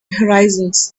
horizons